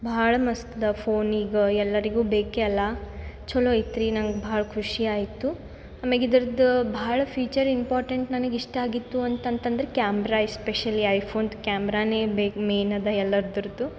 ಭಾಳ್ ಮಸ್ತ್ ಅದ ಫೋನ್ ಈಗ ಎಲ್ಲರಿಗು ಬೇಕೇ ಅಲ್ಲ ಚಲೋ ಐತ್ರಿ ನಂಗೆ ಭಾಳ ಖುಷಿ ಆಯಿತು ಅಮ್ಯಾಗೆ ಇದ್ರದ್ದು ಭಾಳ ಫೀಚರ್ ಇಂಪಾರ್ಟೆಂಟ್ ನನಗ್ ಇಷ್ಟ ಆಗಿತ್ತು ಅಂತಂತದ್ರೆ ಕ್ಯಾಮ್ರಾ ಎಸ್ಪೆಷಲಿ ಐಫೋನ್ ಕ್ಯಾಮರಾನೇ ಬೆ ಮೇನ್ ಅದ ಎಲ್ಲರ್ದ್ರದು